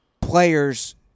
players –